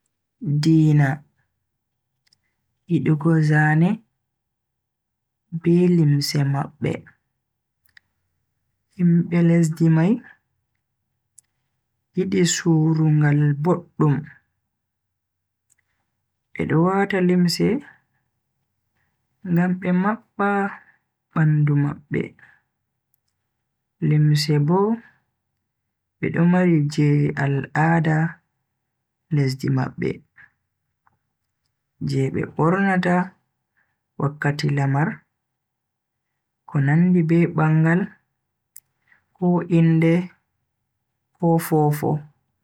Diina, yidugo zane be limse mabbe. Himbe lesdi mai yidi surungal boddum, bedo wata limse ngam be mabba bandu mabbe. Limse bo bedo mari je al'ada lesdi mabbe je be bornata wakkati lamar ko nandi be bangal ko inde ko fofo.